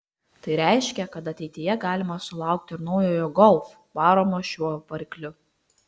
tai reiškia kad ateityje galima sulaukti ir naujojo golf varomo šiuo varikliu